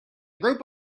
group